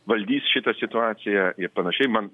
valdys šitą situaciją ir panašiai man